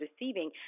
receiving